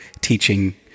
teaching